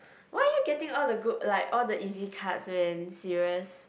why are you getting all the good like all the easy cards man serious